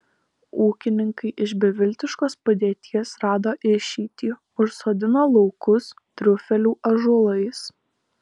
ūkininkai iš beviltiškos padėties rado išeitį užsodino laukus triufelių ąžuolais